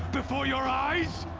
before your eyes?